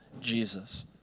Jesus